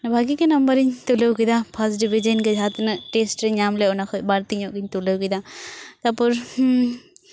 ᱵᱷᱟᱜ ᱜᱮ ᱱᱟᱢᱵᱟᱨᱤᱧ ᱛᱩᱞᱟᱹᱣ ᱠᱮᱫᱟ ᱯᱷᱟᱥᱴ ᱰᱤᱵᱷᱤᱡᱮᱱ ᱜᱮ ᱡᱟᱦᱟᱸ ᱛᱤᱱᱟᱹᱜ ᱴᱮᱥᱴ ᱨᱤᱧ ᱧᱟᱢ ᱞᱮᱫ ᱚᱱᱟ ᱠᱷᱚᱱ ᱵᱟᱹᱲᱛᱤ ᱧᱚᱜ ᱜᱤᱧ ᱛᱩᱞᱟᱹᱣ ᱠᱮᱫᱟ ᱛᱟᱨᱯᱚᱨ ᱦᱮᱸ